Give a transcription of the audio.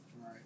Right